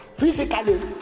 Physically